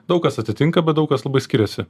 daug kas atitinka bet daug kas labai skiriasi